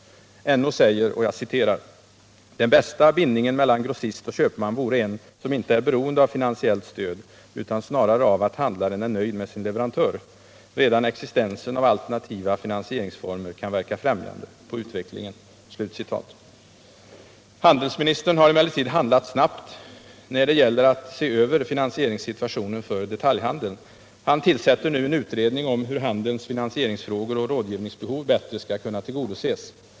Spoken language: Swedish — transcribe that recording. NO säger: ”Den bästa bindningen mellan grossist och köpman vore en som inte är beroende av finansiellt stöd, utan snarare av att handlaren är nöjd med sin leverantör. Redan existensen av alternativa finansieringsformer kan verka främjande på utvecklingen.” Handelsministern har emellertid handlat snabbt när det gäller att se över finansieringssituationen för detaljhandeln. Han tillsätter nu en utredning om hur handelns behov av finansieringsoch rådgivningshjälp bättre skall kunna tillgodoses.